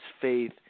faith